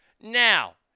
Now